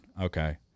Okay